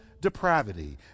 depravity